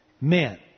men